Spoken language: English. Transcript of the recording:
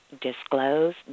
disclose